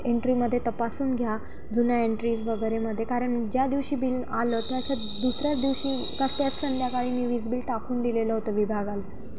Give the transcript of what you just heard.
एंट्रीमध्ये तपासून घ्या जुन्या एन्ट्रीज वगैरेमध्ये कारण ज्या दिवशी बिल आलं त्याच्या दुसऱ्याच दिवशी संध्याकाळी मी वीज बिल टाकून दिलेलं होतं विभागाला